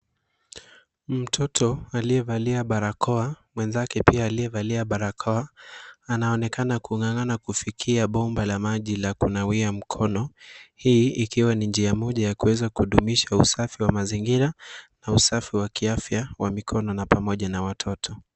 Mtoto aliyevalia barakoa mwenzake pia aliyevalia barakoa anaonekana kung'anga'na kufikia bomba la maji la kunawia mkono, hii ikiwa ni njia moja ya kuweza kudumisha usafi wa mazingira na usafi wa kiafya wa mikono pamoja na watoto.